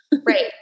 right